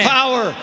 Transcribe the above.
power